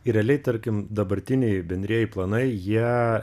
realiai tarkim dabartiniai bendrieji planai jie